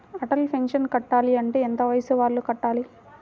Atal pension కట్టాలి అంటే ఎంత వయసు వాళ్ళు కట్టాలి?